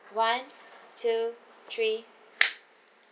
one two three